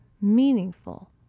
meaningful